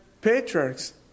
patriarchs